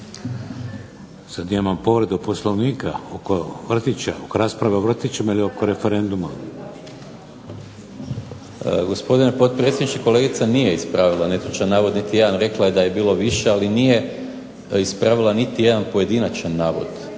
Sada imamo povredu Poslovnika oko vrtića. Oko rasprave o vrtićima ili referendumu? **Maras, Gordan (SDP)** Gospodine potpredsjedniče kolegica nije ispravila netočan navod niti jedan, rekla je da je bilo više ali nije, ispravila niti jedan pojedinačan navod